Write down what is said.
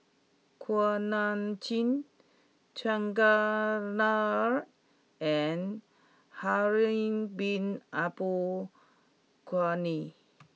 Kuak Nam Jin Chandran Nair and Harun Bin Abdul Ghani